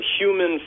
human